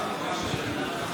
מלך.